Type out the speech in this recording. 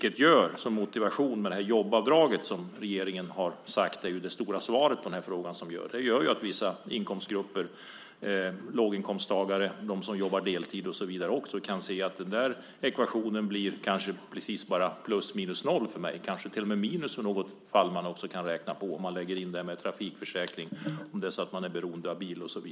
En motivation ska vara jobbavdraget som regeringen har sagt är det stora svaret. Detta gör att vissa inkomstgrupper - bland annat låginkomsttagare och de som jobbar deltid - kan se att ekvationen slutar med kanske bara ± 0, kanske till och med ett minus i något fall om trafikförsäkringen också läggs in; man kan ju vara beroende av bilen.